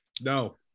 No